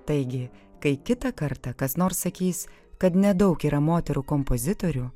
taigi kai kitą kartą kas nors sakys kad nedaug yra moterų kompozitorių